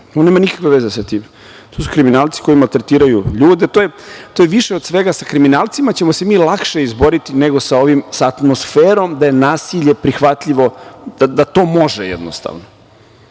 Ovo nema nikakve veze sa tim. To su kriminalci koji maltretiraju ljude. To je više od svega, sa kriminalcima ćemo se mi lakše izboriti nego sa ovim, sa atmosferom da je nasilje prihvatljivo, da to može. Znate,